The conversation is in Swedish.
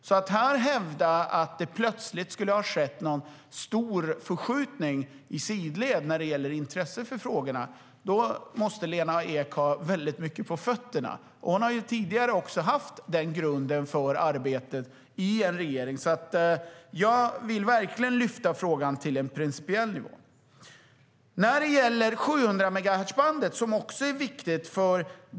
Om hon här hävdar att det plötsligt skulle ha skett någon stor förskjutning i sidled när det gäller intresse för frågorna måste Lena Ek ha väldigt mycket på fötterna. Hon har tidigare haft den grunden för arbetet i en regering. Jag vill verkligen lyfta frågan till en principiell nivå. När det gäller 700-megahertzbandet är det också viktigt.